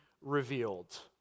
revealed